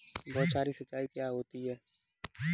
बौछारी सिंचाई क्या होती है?